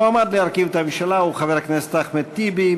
המועמד להרכיב את הממשלה הוא חבר הכנסת אחמד טיבי.